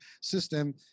system